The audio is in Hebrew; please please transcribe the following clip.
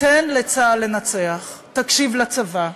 תן לצה"ל לנצח, תקשיב לצבא.